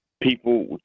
People